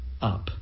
up